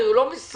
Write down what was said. הוא לא משרד